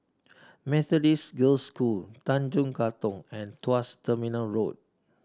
Methodist Girls' School Tanjong Katong and Tuas Terminal Road